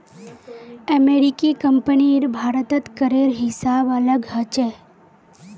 अमेरिकी कंपनीर भारतत करेर हिसाब अलग ह छेक